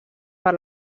per